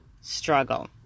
struggle